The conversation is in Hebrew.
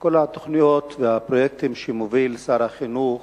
כל התוכניות והפרויקטים שמוביל שר החינוך,